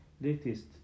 latest